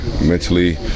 mentally